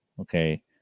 Okay